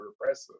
repressive